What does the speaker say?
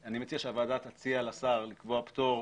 אני מציע שהוועדה תציע לשר לקבוע פטור